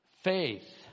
faith